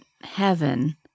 heaven